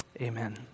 Amen